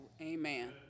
amen